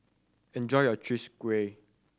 enjoy your Chwee Kueh